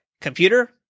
Computer